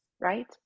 right